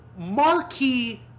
marquee